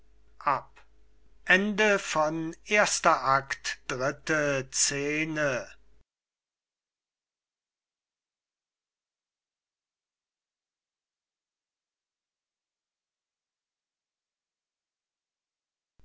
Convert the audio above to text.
nebenpersonen erster akt erste scene